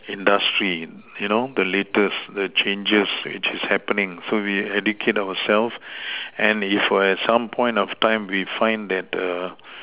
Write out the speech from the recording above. industry you know the latest the changes which is happening so we educate ourself and if at some point of time we find that